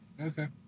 Okay